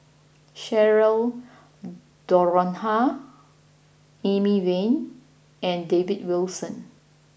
Cheryl Noronha Amy Van and David Wilson